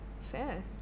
Fair